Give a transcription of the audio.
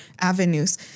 avenues